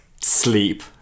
sleep